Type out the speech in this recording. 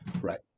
Right